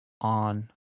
on